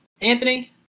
Anthony